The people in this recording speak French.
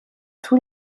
tous